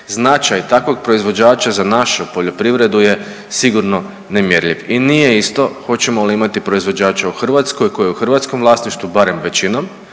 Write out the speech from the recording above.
Značaj takvog proizvođača za našu poljoprivredu je sigurno nemjerljiv i nije isto hoćemo li imati proizvođača u Hrvatskoj, koji je u hrvatskom vlasništvu barem većinom